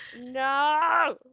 No